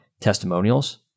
testimonials